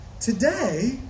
Today